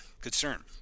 concern